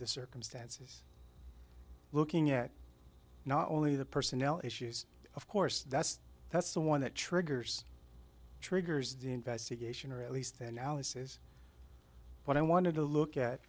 the circumstances looking at not only the personnel issues of course that's that's the one that triggers triggers the investigation or at least the analysis what i wanted to look at